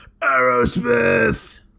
Aerosmith